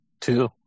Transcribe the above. Two